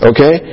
Okay